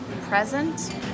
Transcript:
present